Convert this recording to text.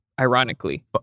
ironically